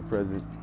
Present